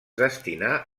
destinà